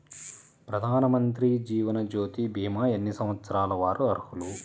ప్రధానమంత్రి జీవనజ్యోతి భీమా ఎన్ని సంవత్సరాల వారు అర్హులు?